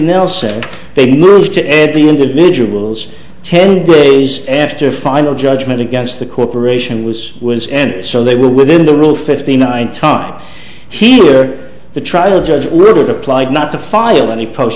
nelson they moved to end the individuals ten days after final judgment against the corporation was was and so they were within the rule fifty nine tom here the trial judge would have applied not to file any post